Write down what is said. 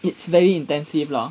it's very intensive lah